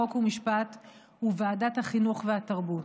חוק ומשפט ובוועדת החינוך והתרבות,